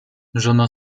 żona